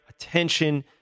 attention